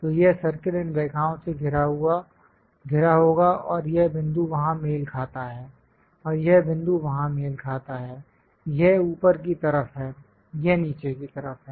तो यह सर्कल इन रेखाओं से घिरा होगा और यह बिंदु वहां मेल खाता है और यह बिंदु वहां मेल खाता है यह ऊपर की तरफ है यह नीचे की तरफ है